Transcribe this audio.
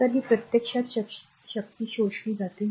तर ही प्रत्यक्षात शक्ती शोषली जाते